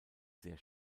sehr